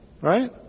Right